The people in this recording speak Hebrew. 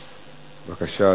בבקשה,